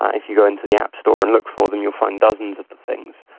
ah if you go into the app store and look for them you'll find dozens of the things.